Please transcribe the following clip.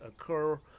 occur